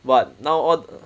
but now all